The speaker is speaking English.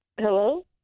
Hello